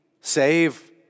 save